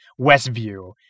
Westview